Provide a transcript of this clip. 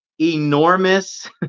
enormous